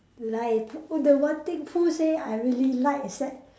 like p~ the one thing Pooh say I really like is that